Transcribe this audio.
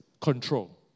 Control